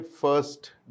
first